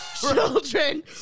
children